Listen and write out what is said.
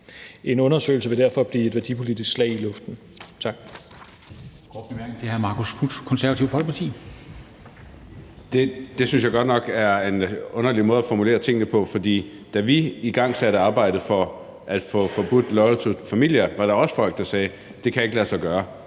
En undersøgelse vil derfor blive et værdipolitisk slag i luften.